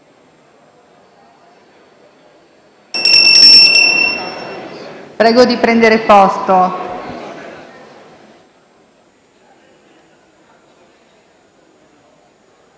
Prego di prendere posto.